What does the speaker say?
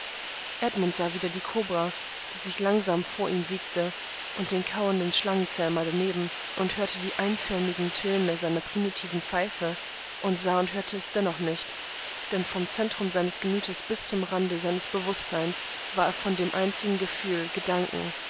edmund sah wieder die kobra die sich langsam vor ihm wiegte und den kauernden schlangenzähmer daneben und hörte die einförmigen töne seiner primitiven pfeife und sah und hörte es dennoch nicht denn vom zentrum seines gemütes bis zum rande seines bewußtseins war er von dem einzigen gefühl gedanken